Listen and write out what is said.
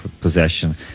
possession